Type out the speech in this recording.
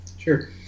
Sure